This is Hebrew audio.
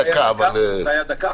זה היה דקה?